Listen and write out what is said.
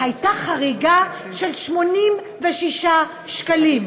הייתה חריגה של 86 שקלים,